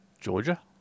Georgia